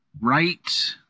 right